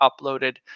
uploaded